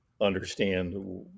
understand